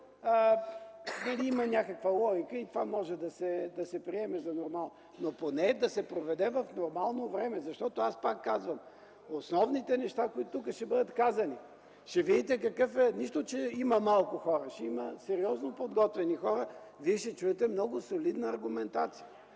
дали има някаква логика и тя да може да се приеме за нормална, но поне да се проведе в нормално време, защото аз пак казвам, че основните неща, които тук ще бъдат казани – нищо, че има малко хора, ще има сериозно подготвени хора и вие ще чуете много солидна аргументация.